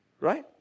Right